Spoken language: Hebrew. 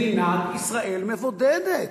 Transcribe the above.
מדינת ישראל מבודדת,